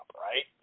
Right